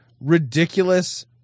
ridiculous